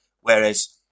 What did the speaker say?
Whereas